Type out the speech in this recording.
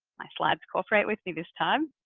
my slides cooperate with me this time.